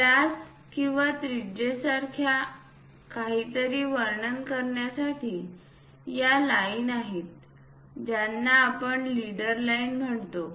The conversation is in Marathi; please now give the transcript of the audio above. व्यास किंवा त्रिज्यासारखे काहीतरी वर्णन करण्यासाठी या लाईन आहेत ज्यांना आपण लीडर लाईन म्हणतो